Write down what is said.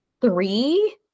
three